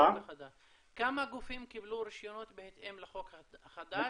כמה גופים קיבלו רישיונות בהתאם לחוק החדש?